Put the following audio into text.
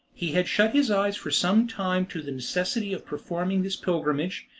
he had shut his eyes for some time to the necessity of performing this pilgrimage,